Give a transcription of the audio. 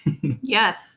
Yes